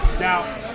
Now